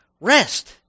Rest